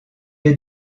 les